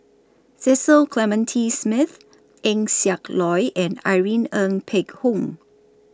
Cecil Clementi Smith Eng Siak Loy and Irene Ng Phek Hoong